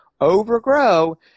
overgrow